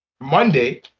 Monday